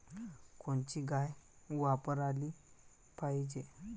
कोनची गाय वापराली पाहिजे?